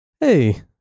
Hey